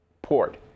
port